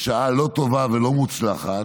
בשעה לא טובה ולא מוצלחת,